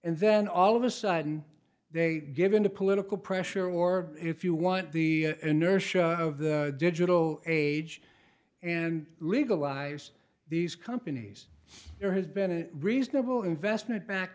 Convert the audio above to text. and then all of a sudden they give in to political pressure or if you want the inertia of the digital age and legalize these companies there has been a reasonable investment back